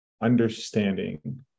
understanding